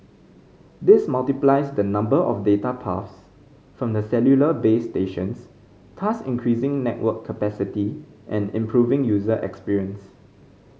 this multiplies the number of data paths from the cellular base stations thus increasing network capacity and improving user experience